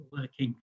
working